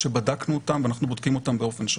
שבדקנו אותן ואנחנו בודקים אותן באופן שוטף.